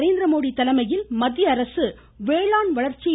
நரேந்திரமோடி தலைமையில் மத்திய அரசு வேளாண் வளர்ச்சியை